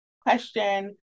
question